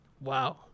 Wow